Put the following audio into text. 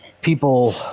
people